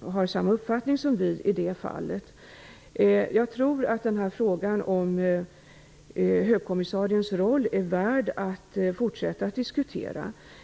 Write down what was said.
har samma uppfattning som vi i det fallet, men jag tror att frågan om högkommissariens roll är värd att diskutera fortsättningsvis.